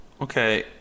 Okay